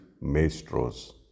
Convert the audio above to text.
maestros